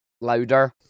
louder